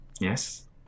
Yes